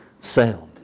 sound